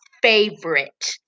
Favorite